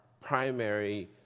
primary